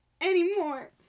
anymore